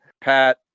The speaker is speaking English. Pat